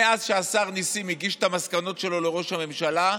מאז שהשר ניסים הגיש את המסקנות שלו לראש הממשלה,